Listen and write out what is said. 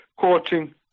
Coaching